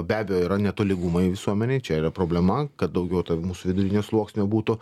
be abejo yra netolygumai visuomenėj čia yra problema kad daugiau to mūsų vidurinio sluoksnio būtų